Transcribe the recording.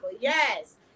yes